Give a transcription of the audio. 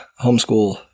homeschool